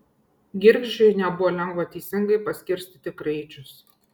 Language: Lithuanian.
girgždžiui nebuvo lengva teisingai paskirstyti kraičius